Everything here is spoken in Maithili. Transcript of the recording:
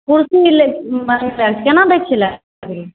कुर्सी बनतै तऽ केना दै छियै लकड़ी